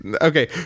Okay